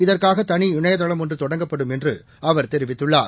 இதற்காக தனி இணையதளம் ஒன்று தொடங்கப்படும் என்று அவர் தெரிவித்துள்ளார்